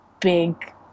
big